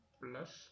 plus